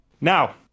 Now